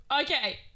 Okay